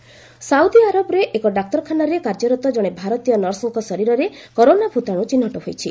corona virus India Saudi ଆରବରେ ଏକ ଡାକ୍ତରଖାନାରେ କାର୍ଯ୍ୟରତ ଜଣେ ଭାରତୀୟ ନର୍ସଙ୍କ ଶରୀରରେ କରୋନା ଭୂତାଣୁ ଚିହ୍ନଟ ହୋଇଛି